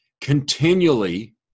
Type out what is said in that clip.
continually